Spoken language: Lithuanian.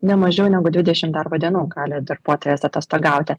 ne mažiau negu dvidešimt darbo dienų gali darbuotojas atostogauti